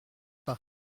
pas